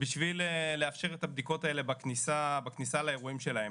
בשביל לאפשר את הבדיקות האלה בכניסה לאירועים שלהם.